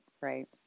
Right